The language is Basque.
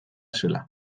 zela